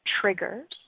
triggers